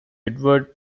edward